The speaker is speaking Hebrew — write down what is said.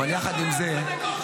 אבל יחד עם זה,